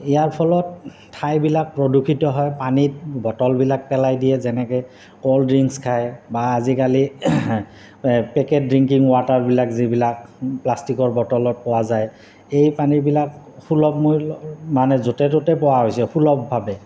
ইয়াৰ ফলত ঠাইবিলাক প্ৰদূষিত হয় পানীত বটলবিলাক পেলাই দিয়ে যেনেকৈ ক'ল্ড ড্ৰিংক্চ খায় বা আজিকালি পেকেট ড্ৰিংকিং ৱাটাৰবিলাক যিবিলাক প্লাষ্টিকৰ বটলত পোৱা যায় এই পানীবিলাক সুলভ মূল্য মানে য'তে ত'তে পোৱা হৈছে সুলভভাৱে